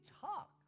talk